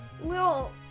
little